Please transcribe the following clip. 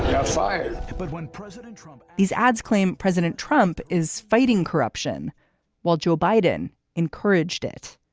got fired but when president trump these ads claim president trump is fighting corruption while joe biden encouraged it,